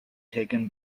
taken